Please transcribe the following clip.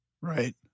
Right